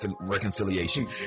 reconciliation